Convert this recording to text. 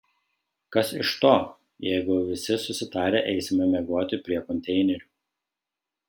kas iš to jeigu visi susitarę eisime miegoti prie konteinerių